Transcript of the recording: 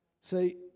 See